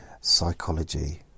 Psychology